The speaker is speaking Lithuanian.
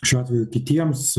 šiuo atveju kitiems